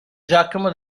giacomo